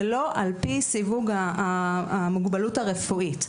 ולא על-פי סיווג המוגבלות הרפואית.